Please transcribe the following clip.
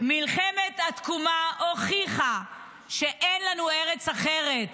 --- מלחמת התקומה הוכיחה שאין לנו ארץ אחרת.